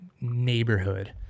neighborhood